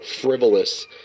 frivolous